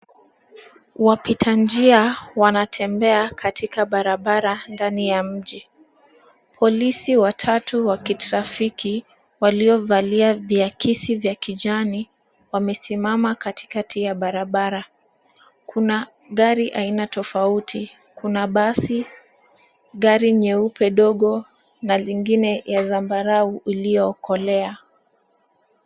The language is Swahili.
Wapitanjia, wanatembea katika barabara ndani ya mji. Polisi watatu wa kitrafiki, waliovalia viakisi vya kijani, wamesimama katikati ya barabara. Kuna gari aina tofauti. Kuna basi, gari nyeupe dogo, na lingine ya zambarau uliokolea.